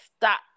stop